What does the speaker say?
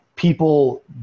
people